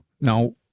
Now